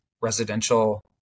residential